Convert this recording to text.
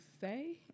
say